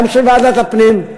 וגם של ועדת הפנים,